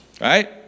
right